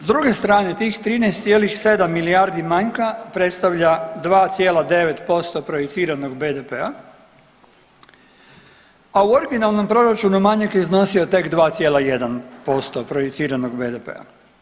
S druge strane tih 13,7 milijardi manjka predstavlja 2,9% proiciranog BDP-a, a u originalnom proračunu manjak je iznosi tek 2,1% proiciranog BDP-a.